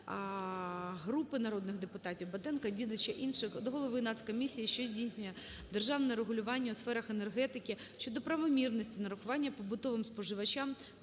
Дякую.